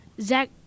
Zach